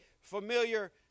familiar